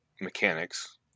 mechanics